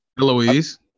Eloise